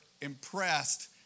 impressed